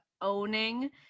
owning